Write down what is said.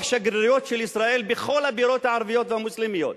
שגרירויות של ישראל בכל הבירות הערביות והמוסלמיות.